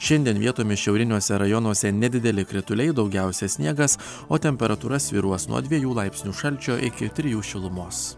šiandien vietomis šiauriniuose rajonuose nedideli krituliai daugiausia sniegas o temperatūra svyruos nuo dviejų laipsnių šalčio iki trijų šilumos